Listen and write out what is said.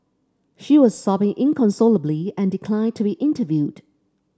she was sobbing inconsolably and declined to be interviewed